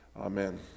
Amen